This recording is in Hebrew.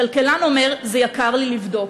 כלכלן אומר: זה יקר לי לבדוק.